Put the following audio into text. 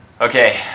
Okay